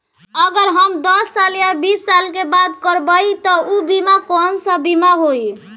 अगर हम दस साल या बिस साल के बिमा करबइम त ऊ बिमा कौन सा बिमा होई?